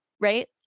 right